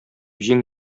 җиң